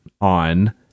on